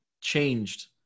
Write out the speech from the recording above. changed